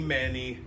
Manny